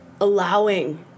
allowing